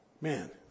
man